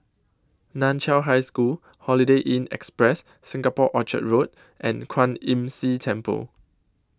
NAN Chiau High School Holiday Inn Express Singapore Orchard Road and Kwan Imm See Temple